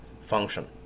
function